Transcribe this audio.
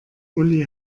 uli